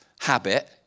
habit